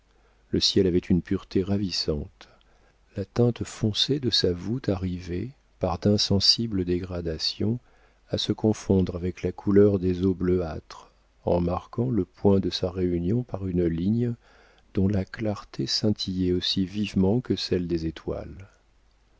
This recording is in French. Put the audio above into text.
le ciel avait une pureté ravissante la teinte foncée de sa voûte arrivait par d'insensibles dégradations à se confondre avec la couleur des eaux bleuâtres en marquant le point de sa réunion par une ligne dont la clarté scintillait aussi vivement que celle des étoiles